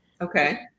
Okay